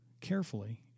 carefully